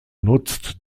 nutzt